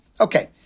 Okay